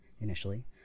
initially